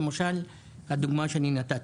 למשל הדוגמה שאני נתתי.